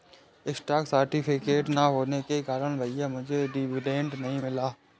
stock certificate ना होने के कारण भैया मुझे डिविडेंड नहीं मिला